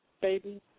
baby